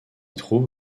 trouve